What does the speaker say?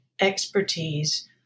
expertise